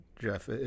Jeff